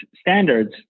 standards